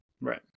Right